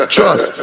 Trust